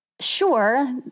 sure